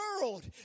world